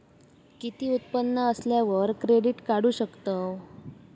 किती उत्पन्न असल्यावर क्रेडीट काढू शकतव?